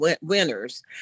winners